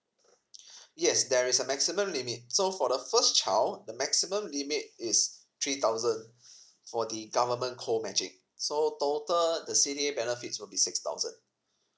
yes there is a maximum limit so for the first child the maximum limit is three thousand for the government co matching so total the C_D_A benefits will be six thousand